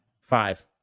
Five